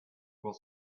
will